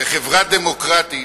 בחברה דמוקרטית,